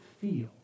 feel